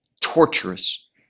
torturous